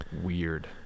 weird